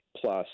plus